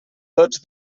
tots